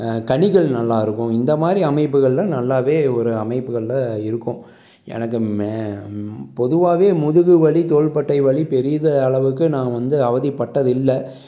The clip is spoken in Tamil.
கனிகள் நல்லாயிருக்கும் இந்த மாதிரி அமைப்புகளில் நல்லாவே ஒரு அமைப்புகளில் இருக்கும் எனக்கு மே பொதுவாகவே முதுகு வலி தோள்பட்டை வலி பெரிய அளவுக்கு நான் வந்து அவதிப்பட்டது இல்லை